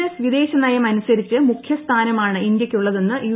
S വിദേശനയം അനുസരിച്ച് മുഖ്യസ്ഥാനമാണ് ഇന്ത്യയ്ക്കുള്ള തെന്ന് യു